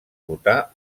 votar